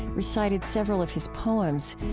recited several of his poems.